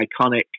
iconic